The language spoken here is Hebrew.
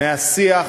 מהשיח